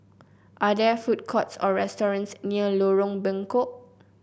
are there food courts or restaurants near Lorong Bengkok